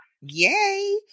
Yay